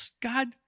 God